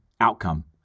outcome